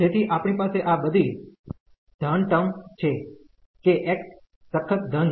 તેથી આપણી પાસે આ બધી ધન ટર્મ છે કે x સખત ધન છે